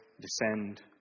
descend